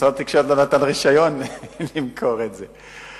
שמשרד התקשורת לא נתן רשיון למכור את זה,